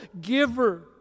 giver